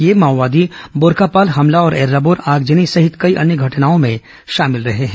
ये माओवादी ब्ररकापाल हमला और एर्राबोर आगजनी सहित कई अन्य घटनाओं में शामिल रहे हैं